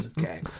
Okay